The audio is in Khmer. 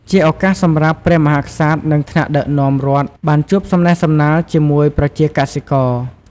ជាឱកាសសម្រាប់ ព្រះមហាក្សត្រ និងថ្នាក់ដឹកនាំរដ្ឋ បានជួបសំណេះសំណាលជាមួយប្រជាកសិករ។